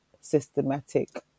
systematic